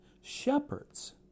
shepherds